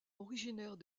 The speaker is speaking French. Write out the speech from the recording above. originaire